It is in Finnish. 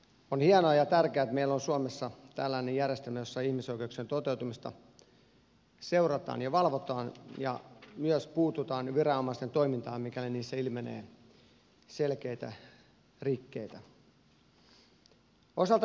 on hienoa ja tärkeää että meillä on suomessa tällainen järjestelmä jossa ihmisoikeuksien toteutumista seurataan ja valvotaan ja myös puututaan viranomais ten toimintaan mikäli niissä ilmenee selkeitä rikkeitä